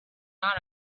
not